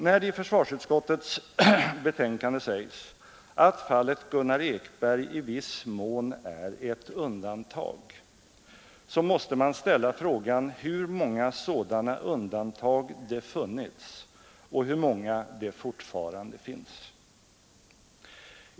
När det i försvarsutskottets betänkande sägs, att ”fallet Gunnar Ekberg i viss mån är ett undantag”, så måste man ställa frågan hur många sådana ”undantag” det funnits och hur många det fortfarande finns.